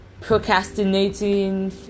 procrastinating